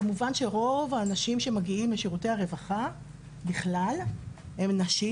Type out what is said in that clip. כמובן שרוב האנשים שמגיעים לשירותי הרווחה הן נשים.